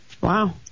Wow